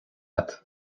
agat